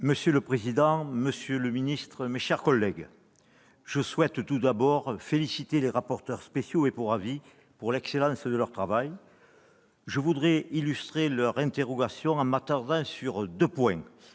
Monsieur le président, monsieur le ministre, mes chers collègues, je tiens, tout d'abord, à féliciter les rapporteurs spéciaux et pour avis de l'excellence de leur travail. J'illustrerai leurs interrogations en évoquant deux points